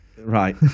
Right